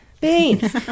Beans